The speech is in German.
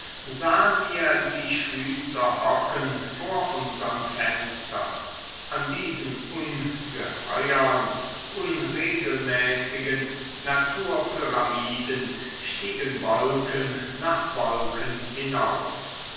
sahen wir die schwyzer hocken vor unsern fenstern an diesen ungeheuern unregelmäßigen naturpyramiden stiegen wolken nach wolken hinauf